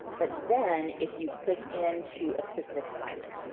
but then, if you click into a specific assignment,